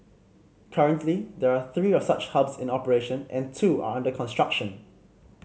currently there are three of such hubs in operation and two are under construction